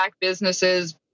businesses